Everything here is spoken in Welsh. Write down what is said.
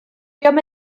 buom